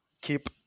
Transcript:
keep